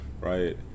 right